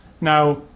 Now